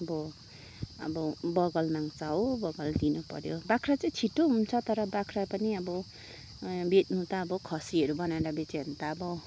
अब अब बगाल माग्छ बगाल दिनुपऱ्यो बाख्रा चाहिँ छिट्टो हुन्छ तर बाख्रा पनि अब बेच्नु त अब खसीहरू बनाएर बेच्यो भने त अब